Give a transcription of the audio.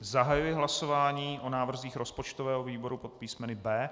Zahajuji hlasování o návrzích rozpočtového výboru pod písmeny B.